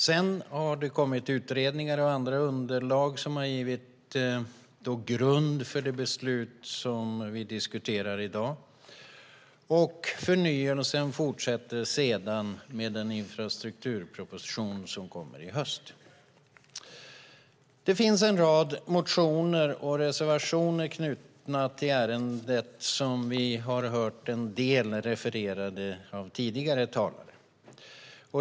Sedan har det kommit utredningar och andra underlag som givit grund för det beslut som vi diskuterar i dag. Förnyelsen fortsätter sedan med den infrastrukturproposition som kommer i höst. Det finns en rad motioner och reservationer knutna till ärendet. Vi har hört tidigare talare referera till en del av dem.